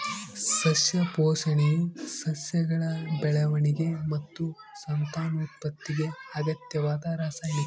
ಸಸ್ಯ ಪೋಷಣೆಯು ಸಸ್ಯಗಳ ಬೆಳವಣಿಗೆ ಮತ್ತು ಸಂತಾನೋತ್ಪತ್ತಿಗೆ ಅಗತ್ಯವಾದ ರಾಸಾಯನಿಕ